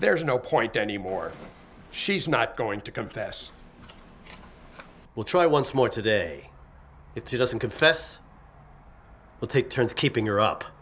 there is no point anymore she's not going to confess we'll try once more today if he doesn't confess we'll take turns keeping her up